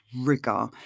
rigor